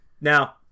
Now